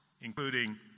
including